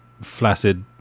flaccid